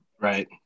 Right